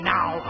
Now